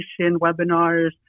webinars